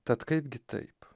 tad kaipgi taip